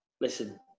listen